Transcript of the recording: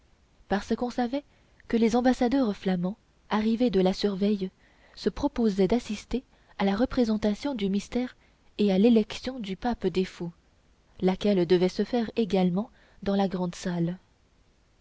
parce qu'on savait que les ambassadeurs flamands arrivés de la surveille se proposaient d'assister à la représentation du mystère et à l'élection du pape des fous laquelle devait se faire également dans la